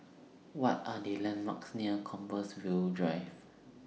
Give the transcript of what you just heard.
What Are The landmarks near Compassvale Drive